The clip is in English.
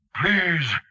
Please